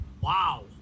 Wow